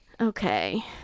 Okay